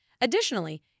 Additionally